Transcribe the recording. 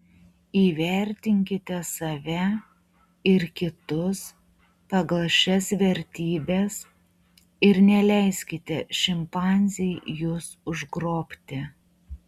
įvertinkite save ir kitus pagal šias vertybes ir neleiskite šimpanzei jus užgrobti